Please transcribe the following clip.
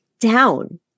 down